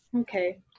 okay